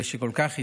שכל כך הצליח,